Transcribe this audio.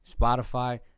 Spotify